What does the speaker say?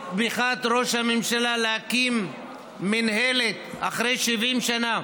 בתמיכת ראש הממשלה, להקים מינהלת, אחרי 70 שנה,